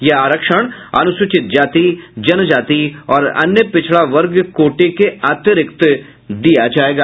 यह आरक्षण अनुसूचित जाति जनजाति और अन्य पिछड़ा वर्ग कोटे के अतिरिक्त दिया जायेगा